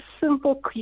simple